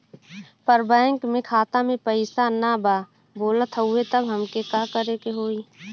पर बैंक मे खाता मे पयीसा ना बा बोलत हउँव तब हमके का करे के होहीं?